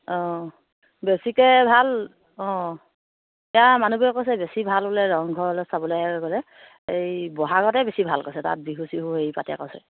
অঁ বেছিকে ভাল অঁ এয়া মানুহবোৰে কৈছে বেছি ভাল বোলে ৰংঘৰলৈ চাবলৈ গ'লে এই বহাগতে বেছি ভাল কৈছে তাত বিহু চিহু হেৰি পাতে কৈছে